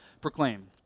Proclaim